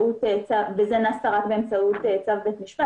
וזה רק באמצעות צו בית משפט.